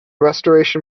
restoration